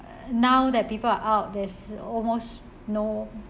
uh now that people are out there's almost no